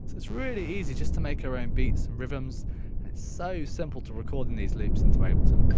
it's really easy just to make our own beats and rhythms and it's so simple to record in these loops into ableton.